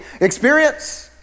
experience